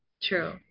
True